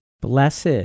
Blessed